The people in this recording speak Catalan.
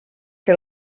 que